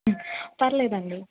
పర్లేదు అండి